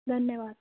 ਧੰਨਵਾਦ